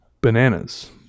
bananas